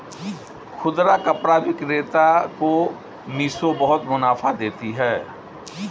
खुदरा कपड़ा विक्रेता को मिशो बहुत मुनाफा देती है